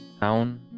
town